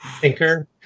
thinker